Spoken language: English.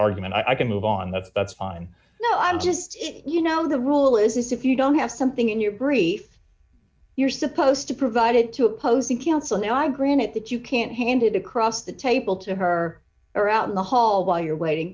argument i can move on that's fine no i'm just you know the rule is if you don't have something in your brief you're supposed to provided two opposing counsel now i granted that you can't hand it across the table to her or out in the hall while you're waiting